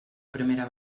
primera